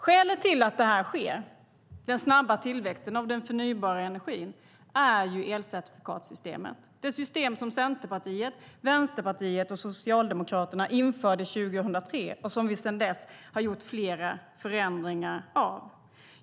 Skälet till att den här snabba tillväxten av den förnybara energin sker är elcertifikatssystemet, det system som Centerpartiet, Vänsterpartiet och Socialdemokraterna införde 2003 och som vi sedan dess har gjort flera förändringar av.